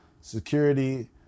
security